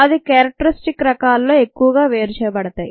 అవి క్యేరక్టరిస్టిక్ రకాలలో ఎక్కువగా వేరు చేయబడతాయి